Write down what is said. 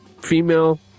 female